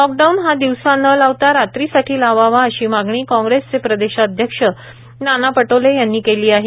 lockdown हा दिवसा न लावता रात्रीसाठी लावावा अशी मागणी कांग्रेसचे प्रदेशाध्यक्ष नाना पटोले यांनी केली आहे